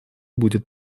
будет